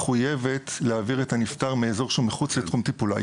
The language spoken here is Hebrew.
לא מחויבת להעביר את הנפטר מאזור שהוא מחוץ לתחום טיפולה.